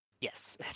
Yes